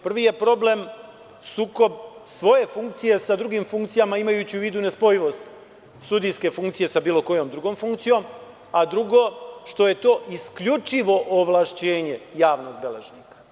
Prvi je problem sukob svoje funkcije sa drugim funkcijama, imajući u vidu nespojivost sudijske funkcije sa bilo kojom drugom funkcijom, a drugo što je to isključivo ovlašćenje javnog beležnika.